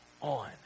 on